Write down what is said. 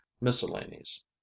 miscellanies